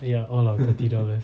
ya all our thirty dollars